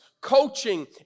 coaching